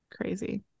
Crazy